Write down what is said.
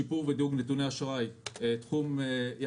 שיפור בדירוג נתוני אשראי תחום חדש